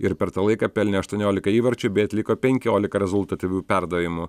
ir per tą laiką pelnė aštuoniolika įvarčių bei atliko penkiolika rezultatyvių perdavimų